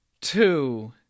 Two